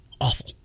awful